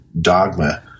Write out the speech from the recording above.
dogma